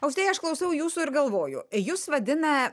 austėja aš klausau jūsų ir galvoju jus vadina